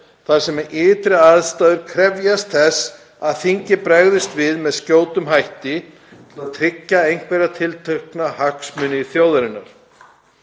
þar sem ytri aðstæður krefjast þess að þingið bregðist við með skjótum hætti til að tryggja einhverja tiltekna hagsmuni þjóðarinnar,